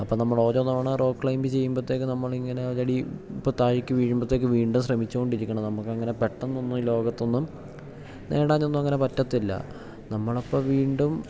അപ്പം നമ്മൾ ഓരോ തവണ റോ ക്ലൈമ്പിങ്ങ് ചെയ്യുമ്പോഴത്തേക്ക് നമ്മൾ ഇങ്ങനെ ഒരു അടി ഇപ്പം താഴേക്ക് വീഴുമ്പത്തേക്ക് വീണ്ടും ശ്രമിച്ചു കൊണ്ടിരിക്കണം നമ്മൾക്ക് അങ്ങനെ പെട്ടെന്നൊന്നും ഈ ലോകത്തൊന്നും നേടാനൊന്നും അങ്ങനെ പറ്റത്തില്ല നമ്മൾ അപ്പം വീണ്ടും